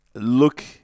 look